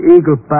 Eagle